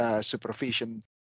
supervision